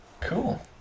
Cool